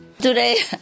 Today